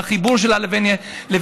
בחיבור שלה לישראל,